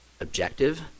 objective